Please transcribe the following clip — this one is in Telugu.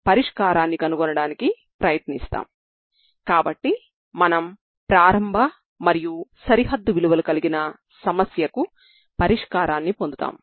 మరియు సెపరేషన్ ఆఫ్ వేరియబుల్స్ ద్వారా మనం పరిష్కారాలను కనుగొంటాము